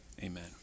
amen